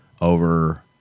over